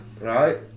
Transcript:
right